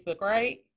right